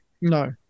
no